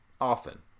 often